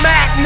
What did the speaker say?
Mac